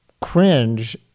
cringe